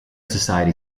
society